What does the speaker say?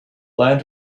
land